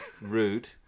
Rude